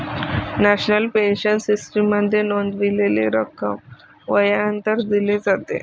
national pension सिस्टीममध्ये नोंदवलेली रक्कम वयानंतर दिली जाते